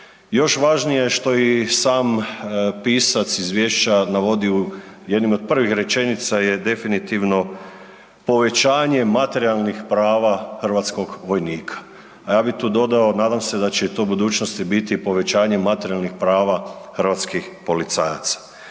Još važnije što je i sam pisac izvješća navodi u jednim od prvih rečenica je definitivno povećanje materijalnih prava hrvatskog vojnika a ja bi tu dodao, nadam se da će to u budućnosti biti povećanje materijalnih prava hrvatskih policajaca.